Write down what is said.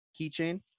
keychain